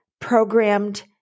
programmed